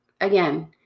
again